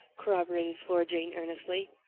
corroborated flora jane earnestly.